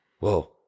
Whoa